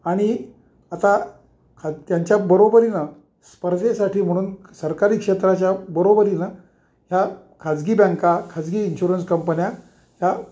आणि आता खा त्यांच्या बरोबरीनं स्पर्धेसाठी म्हणून सरकारी क्षेत्राच्या बरोबरीनं ह्या खाजगी बँका खाजगी इन्शुरन्स कंपन्या ह्या